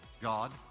God